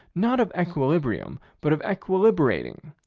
not of equilibrium, but of equilibrating,